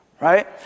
right